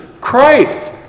Christ